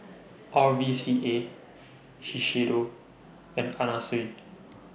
R V C A Shiseido and Anna Sui